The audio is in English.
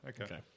Okay